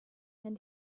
and